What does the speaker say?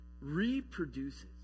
reproduces